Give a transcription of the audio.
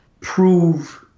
prove –